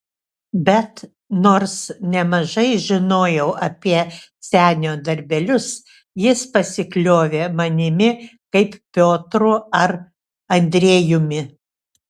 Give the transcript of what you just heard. bet nors nemažai žinojau apie senio darbelius jis pasikliovė manimi kaip piotru ar andrejumi